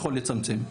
יכול לצמצם.